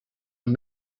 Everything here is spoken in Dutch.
een